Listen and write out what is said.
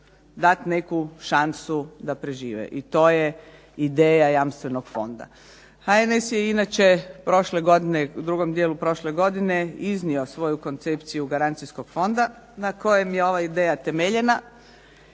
dati neku šansu da prežive i to je ideja jamstvenog Fonda. HNS je prošle godine, u drugom dijelu prošle godine iznio svoju koncepciju garancijskog fonda na kojem je ova ideja temeljena